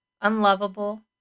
unlovable